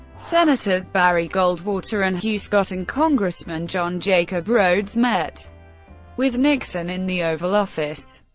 senators barry goldwater and hugh scott and congressman john jacob rhodes met with nixon in the oval office.